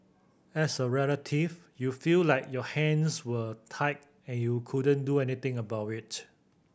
as a relative you feel like your hands were tied and you couldn't do anything about it